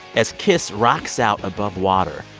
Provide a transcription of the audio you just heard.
as kiss rocks out above water,